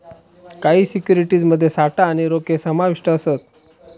काही सिक्युरिटीज मध्ये साठा आणि रोखे समाविष्ट असत